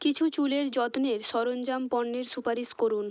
কিছু চুলের যত্নের সরঞ্জাম পণ্যের সুপারিশ করুন